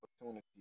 opportunity